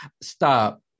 Stop